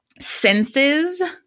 senses